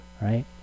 right